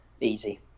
easy